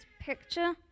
picture